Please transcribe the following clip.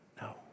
no